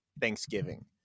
thanksgiving